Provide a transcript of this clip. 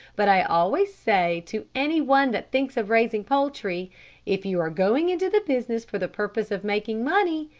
but i always say to any one that thinks of raising poultry if you are going into the business for the purpose of making money,